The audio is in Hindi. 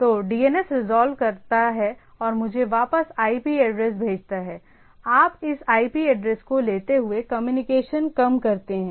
तो DNS रिजॉल्व करता है और मुझे वापस IP एड्रेस भेजता है आप इस IP एड्रेस को लेते हुए कम्युनिकेशन कम करते हैं